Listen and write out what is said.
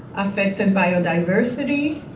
affected biodiversity